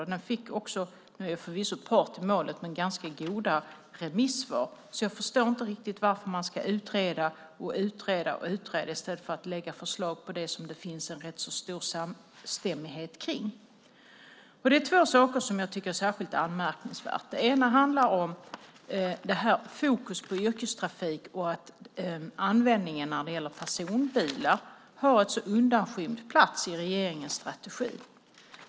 Jag är förvisso part i målet, men den utredningen fick ganska goda remissvar. Jag förstår därför inte varför man ska utreda, utreda och utreda i stället för att lägga fram förslag om det som det finns rätt så stor samstämmighet om. Det är två saker som jag tycker är särskilt anmärkningsvärda. Det ena handlar om att fokus på yrkestrafik och användning av personbilar har en så undanskymd plats i regeringens strategi.